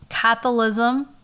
catholicism